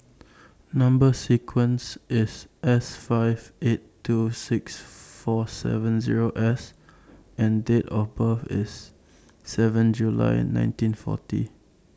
Number sequence IS S five eight two six four seven Zero S and Date of birth IS seven July nineteen forty